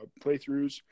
playthroughs